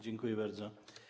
Dziękuję bardzo.